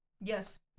yes